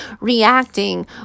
reacting